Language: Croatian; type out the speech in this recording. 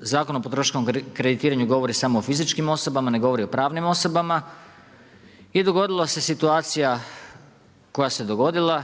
Zakon o potrošačkom kreditiranju govori samo o fizičkim osobama, ne govori o pravnim osobama i dogodila se situacija koja se dogodila,